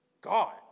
God